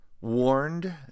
Warned